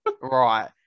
right